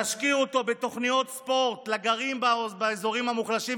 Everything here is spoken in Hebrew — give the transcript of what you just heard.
תשקיעו אותו בתוכניות ספורט לגרים באזורים המוחלשים,